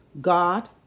God